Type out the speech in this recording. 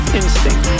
instinct